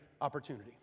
opportunity